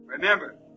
Remember